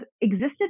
existed